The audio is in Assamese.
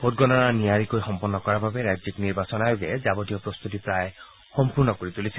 ভোটগণনা নিয়াৰিকৈ সম্পন্ন কৰাৰ বাবে ৰাজ্যিক নিৰ্বাচন আয়োগে যাৱতীয় প্ৰস্তুতি প্ৰায় সম্পূৰ্ণ কৰি তুলিছে